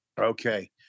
Okay